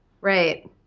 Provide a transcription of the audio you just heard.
Right